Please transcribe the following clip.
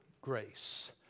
grace